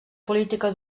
política